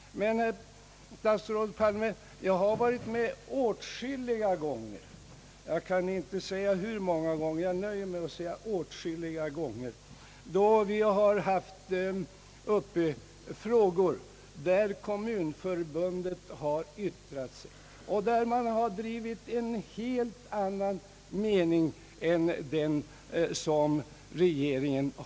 Men, statsrådet Palme, jag har varit med åtskilliga gånger — jag vet faktiskt inte hur många — då vi har behandlat frågor där Kommunförbundet drivit en helt annan mening än regeringen.